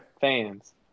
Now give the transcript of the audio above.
fans